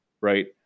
right